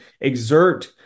exert